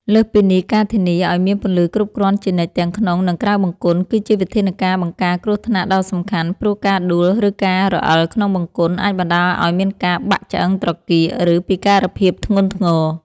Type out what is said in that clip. លើសពីនេះ ការធានាឱ្យមានពន្លឺគ្រប់គ្រាន់ជានិច្ច ទាំងក្នុង និងក្រៅបង្គន់ គឺជាវិធានការបង្ការគ្រោះថ្នាក់ដ៏សំខាន់ ព្រោះការដួល ឬការរអិលក្នុងបង្គន់អាចបណ្ដាលឱ្យមានការបាក់ឆ្អឹងត្រគាក ឬពិការភាពធ្ងន់ធ្ងរ។